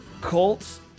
Colts